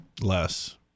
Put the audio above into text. less